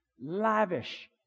Lavish